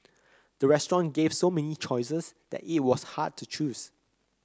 the restaurant gave so many choices that it was hard to choose